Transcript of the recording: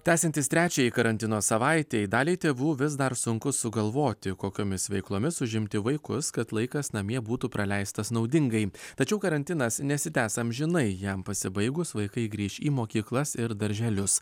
tęsiantis trečiajai karantino savaitei daliai tėvų vis dar sunku sugalvoti kokiomis veiklomis užimti vaikus kad laikas namie būtų praleistas naudingai tačiau karantinas nesitęs amžinai jam pasibaigus vaikai grįš į mokyklas ir darželius